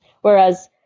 whereas